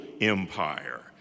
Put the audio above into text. empire